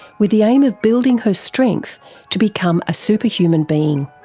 with the aim of building her strength to become a superhuman being.